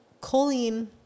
choline